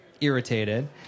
irritated